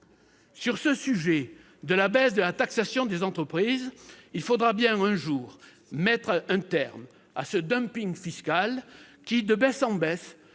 Sur le sujet de la baisse de la taxation des entreprises, il faudra bien un jour mettre un terme à ce dumping fiscal, qui, de baisse en baisse